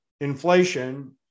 inflation